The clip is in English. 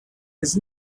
his